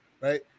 right